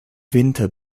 winter